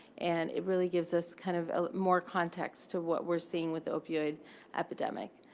and it really gives us kind of more context to what we're seeing with the opioid epidemic.